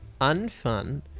unfun